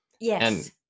Yes